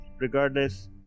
regardless